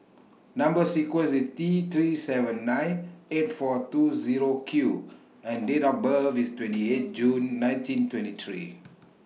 Number sequence IS T three seven nine eight four two Zero Q and Date of birth IS twenty eight June nineteen twenty three